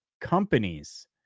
companies